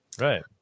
Right